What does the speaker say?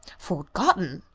forgotten!